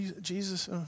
Jesus